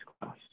class